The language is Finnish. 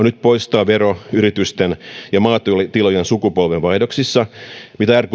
nyt poistaa vero yritysten ja maatilojen sukupolvenvaihdoksissa mitä